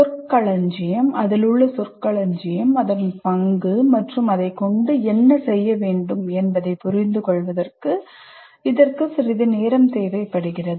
சொற்களஞ்சியம் அதன் பங்கு மற்றும் அதை கொண்டு என்ன செய்ய வேண்டும் என்பதைப் புரிந்துகொள்வதற்கு இதற்கு சிறிது நேரம் தேவைப்படுகிறது